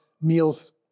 meals